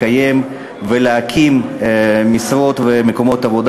לקיים ולהקים משרות ומקומות עבודה.